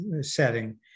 setting